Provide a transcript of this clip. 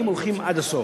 אם הולכים עד הסוף.